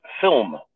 film